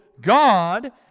God